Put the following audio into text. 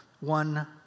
One